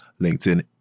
LinkedIn